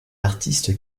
artiste